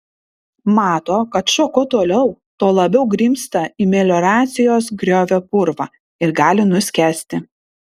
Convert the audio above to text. mato kad šuo kuo toliau tuo labiau grimzta į melioracijos griovio purvą ir gali nuskęsti